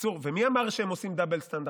ומי אמר שהם עושים דאבל סטנדרט?